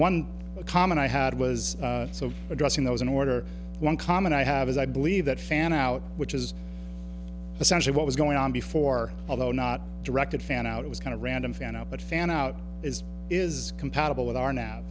one common i had was so addressing those in order one comment i have is i believe that an hour which is essentially what was going on before although not directed found out it was kind of random found out but found out is is compatible with our now